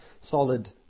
solid